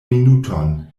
minuton